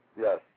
Yes